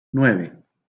nueve